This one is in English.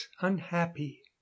unhappy